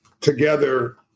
together